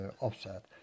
offset